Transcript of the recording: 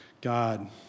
God